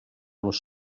los